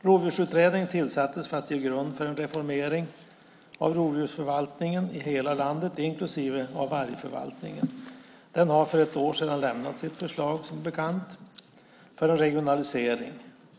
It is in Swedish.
Rovdjursutredningen tillsattes för att ge grund för en reformering av rovdjursförvaltningen i hela landet, inklusive vargförvaltningen. Den har, som bekant, för ett år sedan lämnat sitt förslag till regionalisering.